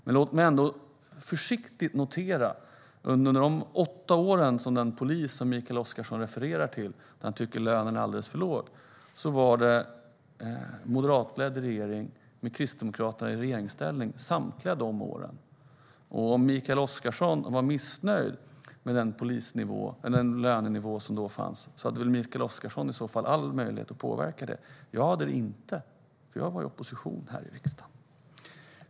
Men låt mig försiktigt påpeka att vi hade en moderatledd regering med Kristdemokraterna i regeringsställning under samtliga åtta år som den polis som Mikael Oscarsson refererar till och som han tycker har alldeles för låg lön har arbetat. Om Mikael Oscarsson var missnöjd med den lönenivå som då fanns hade han i så fall all möjlighet att påverka det. Jag hade inte det. Jag var nämligen i opposition här i riksdagen.